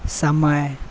समय